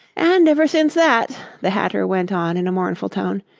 and ever since that the hatter went on in a mournful tone,